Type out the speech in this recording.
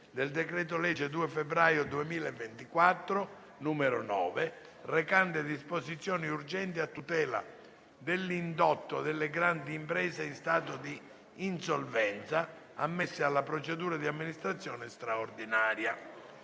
del decreto-legge 2 febbraio 2024, n. 9, recante disposizioni urgenti a tutela dell'indotto delle grandi imprese in stato di insolvenza ammesse alla procedura di amministrazione straordinaria"